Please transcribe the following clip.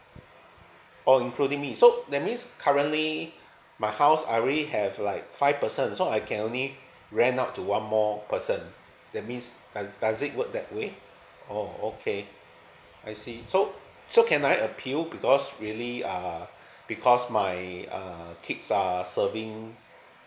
oh including me so that means currently my house I already have like five person so I can only rent out to one more person that means does does it work that way oh okay I see so so can I appeal because really uh because my uh kids are serving